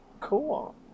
Cool